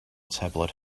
tablet